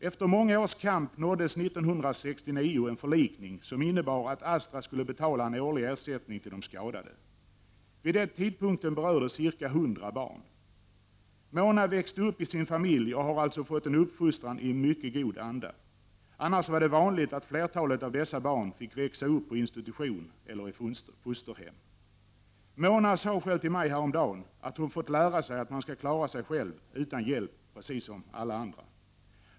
Efter många års kamp nåddes 1969 en förlikning, som innebar att Astra skulle betala en årlig ersättning till de skadade. Vid den tidpunkten berördes ca 100 barn. Mona växte upp i sin familj och har alltså fått en uppfostran i mycket god anda. Annars var det vanligt att flertalet av dessa barn fick växa upp på institution eller i fosterhem. Mona sade själv till mig häromdagen, att hon fått lära sig att man skall klara sig själv, utan hjälp, precis som alla andra.